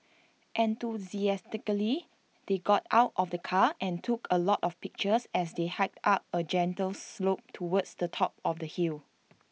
enthusiastically they got out of the car and took A lot of pictures as they hiked up A gentle slope towards the top of the hill